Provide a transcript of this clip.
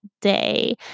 day